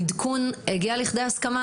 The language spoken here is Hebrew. העדכון הגיע לכדי הסכמה?